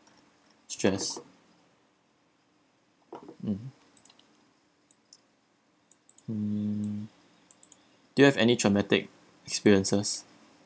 stress mm hmm do you have any traumatic experiences